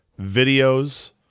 videos